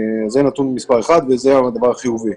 זה נתון מספר אחד וזה הדבר החיובי.